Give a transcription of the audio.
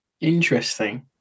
Interesting